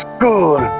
go